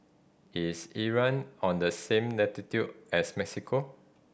is Iran on the same latitude as Mexico